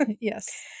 Yes